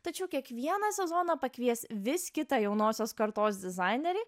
tačiau kiekvieną sezoną pakvies vis kitą jaunosios kartos dizainerį